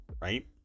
right